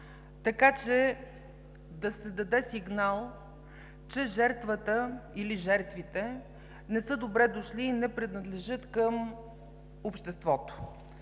така че да се даде сигнал, че жертвата, или жертвите, не са добре дошли и не принадлежат към обществото.